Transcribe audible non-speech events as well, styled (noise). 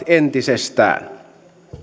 (unintelligible) entisestään